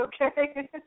okay